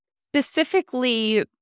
specifically